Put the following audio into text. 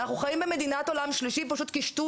אנחנו חיים במדינת עולם שלישי פשוט קישטו